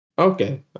okay